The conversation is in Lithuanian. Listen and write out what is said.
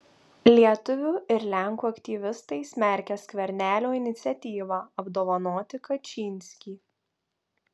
lietuvių ir lenkų aktyvistai smerkia skvernelio iniciatyvą apdovanoti kačynskį